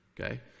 Okay